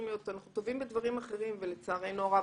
אנחנו טובים בדברים אחרים ולצערנו הרב